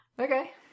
okay